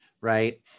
right